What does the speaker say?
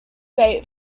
bait